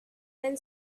then